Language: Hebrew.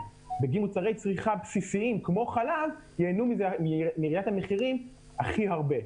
בגין מוצרי צריכה בסיסיים כמו חלב ייהנו מירידת המחירים הכי הרבה.